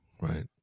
Right